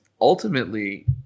ultimately